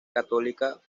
católica